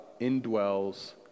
indwells